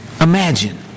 imagine